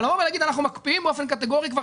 אבל לבוא ולהגיד שאנחנו מקפיאים באופן קטגורי כבר